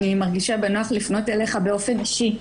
אני מרגישה בנוח לפנות אליך באופן אישי.